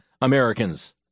Americans